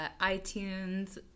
iTunes